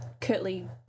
curtly